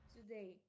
Today